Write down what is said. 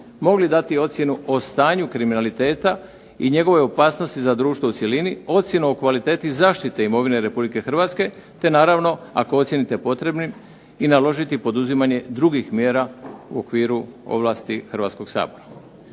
mogli dati ocjenu o stanju kriminaliteta i njegovoj opasnosti za društvo u cjelini, ocjenu o kvaliteti zaštite imovine RH te naravno ako ocijenite potrebnim i naložiti poduzimanje drugih mjera u okviru ovlasti Hrvatskog sabora.